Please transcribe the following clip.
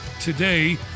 today